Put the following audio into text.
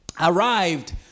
arrived